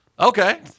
Okay